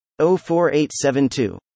04872